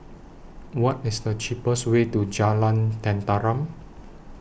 What IS The cheapest Way to Jalan Tenteram